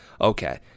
okay